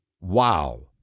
Wow